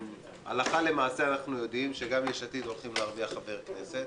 הלכה למעשה אנחנו יודעים שגם יש עתיד הולכים להרוויח חבר כנסת